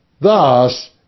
Thus